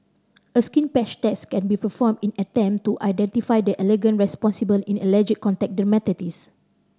a skin patch test can be performed in attempt to identify the allergen responsible in allergic contact dermatitis